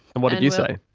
and what did you say?